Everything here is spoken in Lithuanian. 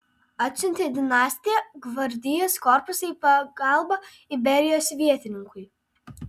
atsiuntė dinastija gvardijos korpusą į pagalbą iberijos vietininkui